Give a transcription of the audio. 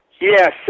Yes